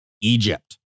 Egypt